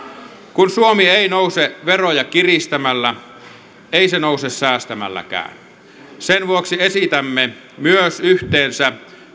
kun suomi ei nouse veroja kiristämällä ei se nouse säästämälläkään sen vuoksi esitämme myös yhteensä